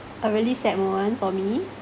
a really sad moment for me